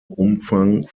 umfang